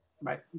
Right